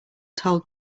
told